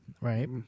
right